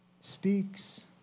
speaks